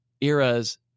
eras